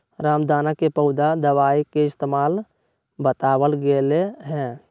रामदाना के पौधा दवाई के इस्तेमाल बतावल गैले है